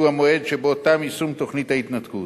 שהוא המועד שבו תם יישום תוכנית ההתנתקות.